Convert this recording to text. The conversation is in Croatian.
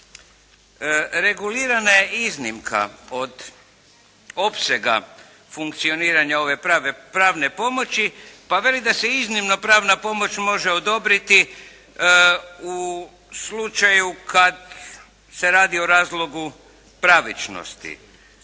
regulirana je iznimka od opsega funkcioniranja ove pravne pomoći pa veli da se iznimno pravna pomoć može odobriti u slučaju kad se radi o razlogu pravičnosti.